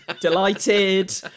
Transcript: delighted